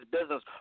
business